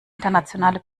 internationale